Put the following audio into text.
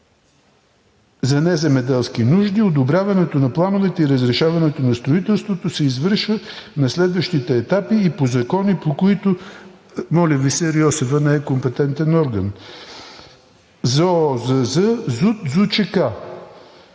за неземеделски нужди, одобряването на плановете и разрешаването на строителството се извършва на следващите етапи по закони, по които – моля Ви се – РИОСВ не е компетентен орган – ЗОЗЗ, ЗУТ, ЗУЧК.